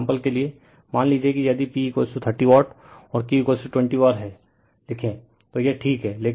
example के लिए मान लीजिए कि यदि P 30 वाट और Q 20 वर लिखें तो यह ठीक है